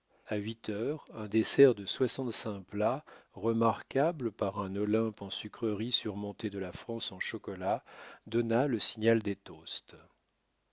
a huit heures un dessert de soixante-cinq plats remarquable par un olympe en sucreries surmonté de la france en chocolat donna le signal des toasts